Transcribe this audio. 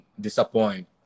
disappoint